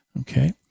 Okay